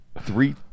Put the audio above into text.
three